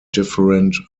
different